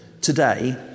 today